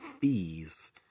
fees